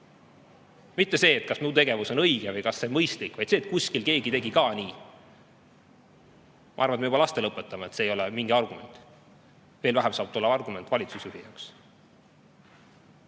Mitte see, kas mu tegevus on õige või mõistlik, vaid see, et kuskil keegi tegi ka nii. Ma arvan, et me õpetame juba lastele, et see ei ole mingi argument. Veel vähem saab see olla argument valitsusjuhi jaoks.